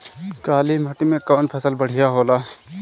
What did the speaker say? काली माटी मै कवन फसल बढ़िया होला?